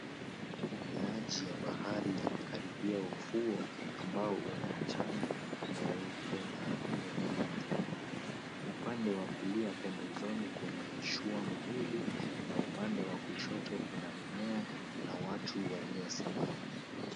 Maji ya bahari yamekaribia ufuo ambao una mchanga mweupe na mimea meupe. Upande wa kulia pembezoni kuna mashua mawili na upande wa kushoto kuna mimea na watu waliosimama.